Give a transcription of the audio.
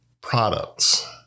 products